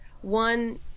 One